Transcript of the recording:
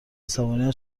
عصبانیت